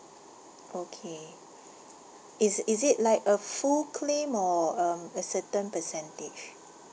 okay is is it like a full claim or um a certain percentage